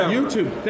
YouTube